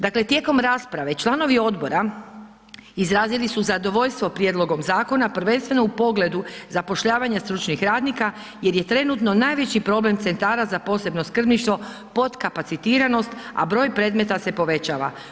Dakle, tijekom rasprave, članovi odbora izrazili su zadovoljstvo prijedlogom zakona, prvenstveno u pogledu zapošljavanja stručnih radnika jer je trenutno najveći problem centara za posebno skrbništvo podkapacitiranost, a broj predmeta se povećava.